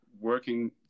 working